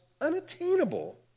unattainable